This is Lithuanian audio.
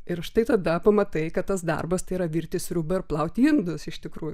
ir štai tada pamatai kad tas darbas tai yra virti sriubą ir plauti indus iš tikrųjų